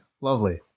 lovely